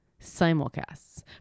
simulcasts